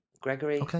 Gregory